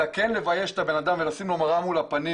אלא כן לבייש את האדם ולשים לו מראה מול הפנים